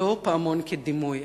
לא פעמון כדימוי,